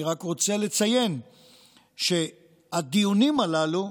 אני רק רוצה לציין שהדיונים הללו,